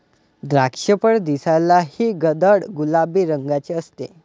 द्राक्षफळ दिसायलाही गडद गुलाबी रंगाचे असते